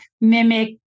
mimic